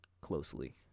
closely